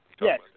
Yes